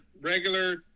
regular